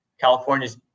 California's